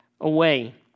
away